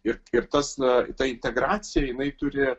ir ir tas na ta integracija jinai turi